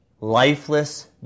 lifeless